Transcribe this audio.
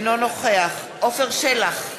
אינו נוכח עפר שלח,